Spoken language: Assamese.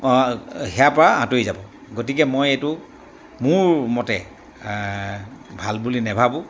সেয়াৰ পৰা আঁতৰি যাব গতিকে মই এইটো মোৰ মতে ভাল বুলি নাভাবোঁ